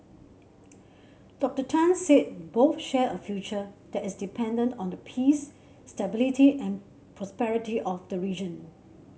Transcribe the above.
Doctor Tan said both share a future that is dependent on the peace stability and prosperity of the region